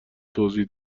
توضیح